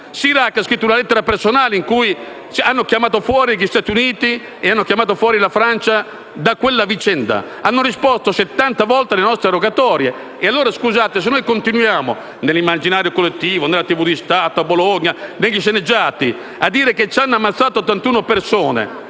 Chirac ha scritto una lettera personale in cui hanno chiamato fuori gli Stati Uniti e la Francia da quella vicenda. Hanno risposto 70 volte alle nostre rogatorie. Allora, scusate, se noi continuiamo, nell'immaginario collettivo, nella TV di Stato, a Bologna, negli sceneggiati, a dire che ci hanno ammazzato 81 persone,